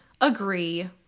Agree